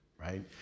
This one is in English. right